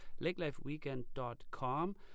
lakelifeweekend.com